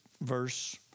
verse